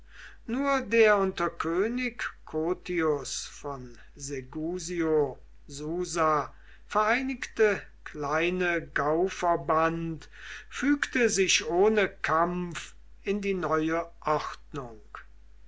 nur der unter könig cottius von segusio susa vereinigte kleine gauverband fügte sich ohne kampf in die neue ordnung